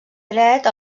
dret